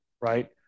right